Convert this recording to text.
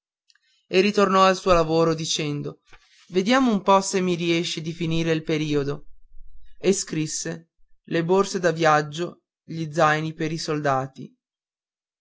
e ritornò al suo lavoro dicendo vediamo un po se mi riesce di finire il periodo e scrisse le borse da viaggio gli zaini per i soldati